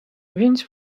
więc